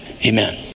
amen